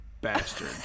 bastard